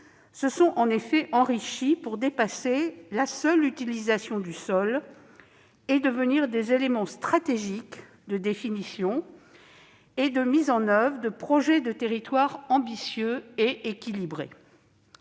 se sont en effet enrichis pour dépasser la seule utilisation du sol et devenir des éléments stratégiques de définition et de mise en oeuvre de projets de territoire ambitieux et équilibrés,